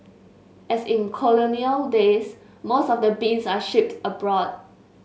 as in colonial days most of the beans are shipped abroad